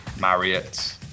Marriott